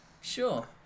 Sure